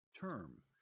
term